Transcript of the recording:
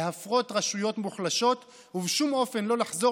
להפרות רשויות מוחלשות ובשום אופן לא לחזור